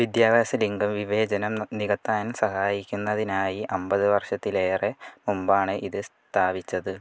വിദ്യാഭ്യാസ ലിംഗ വിവേചനം നികത്താൻ സഹായിക്കുന്നതിനായി അമ്പത് വർഷത്തിലേറെ മുമ്പാണ് ഇത് സ്ഥാപിച്ചത്